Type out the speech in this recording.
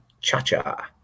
cha-cha